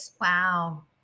Wow